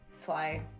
fly